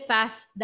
Fast